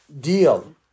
deal